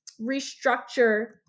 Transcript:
restructure